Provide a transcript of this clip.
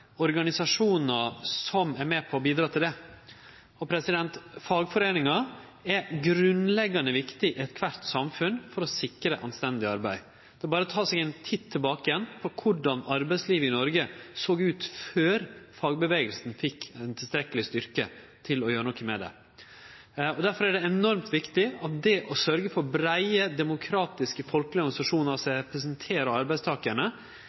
organisasjonar som er med på å bidra til det. Fagforeiningar er grunnleggjande viktig i eitkvart samfunn for å sikre anstendig arbeid. Det er berre å ta ein titt tilbake på korleis arbeidslivet i Noreg såg ut før fagrørsla fekk tilstrekkeleg styrke til å gjere noko med det. Difor er det enormt viktig å sørgje for å gje støtte til breie, demokratiske, folkelege organisasjonar som representerer arbeidstakarane